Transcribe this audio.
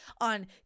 on